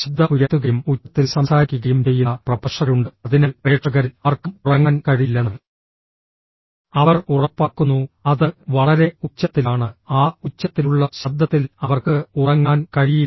ശബ്ദം ഉയർത്തുകയും ഉച്ചത്തിൽ സംസാരിക്കുകയും ചെയ്യുന്ന പ്രഭാഷകരുണ്ട് അതിനാൽ പ്രേക്ഷകരിൽ ആർക്കും ഉറങ്ങാൻ കഴിയില്ലെന്ന് അവർ ഉറപ്പാക്കുന്നു അത് വളരെ ഉച്ചത്തിലാണ് ആ ഉച്ചത്തിലുള്ള ശബ്ദത്തിൽ അവർക്ക് ഉറങ്ങാൻ കഴിയില്ല